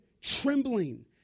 trembling